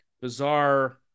bizarre